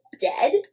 dead